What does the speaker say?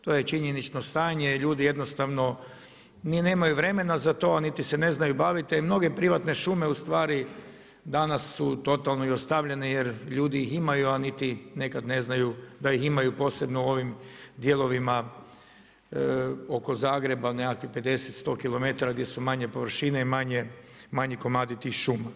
To je činjenično stane i ljudi jednostavno ni nemaju vremena za to niti se ne znaju baviti, a i mnoge privatne šume u stvari danas su totalno i ostavljene, jer ljudi ih imaju a niti nekad ne znaju da ih imaju posebno u ovom dijelovima oko Zagreba, nekakvih 50, 100 km gdje su manje površine i manji komadi tih šuma.